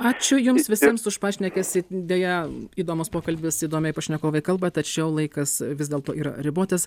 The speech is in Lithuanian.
ačiū jums visiems už pašnekesį deja įdomus pokalbis įdomiai pašnekovai kalba tačiau laikas vis dėlto yra ribotas